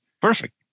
Perfect